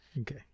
Okay